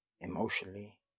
emotionally